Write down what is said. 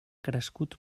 crescut